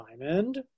Diamond